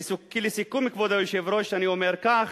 לסיכום, כבוד היושב-ראש, אני אומר כך: